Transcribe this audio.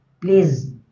please